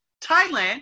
Thailand